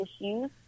issues